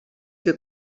que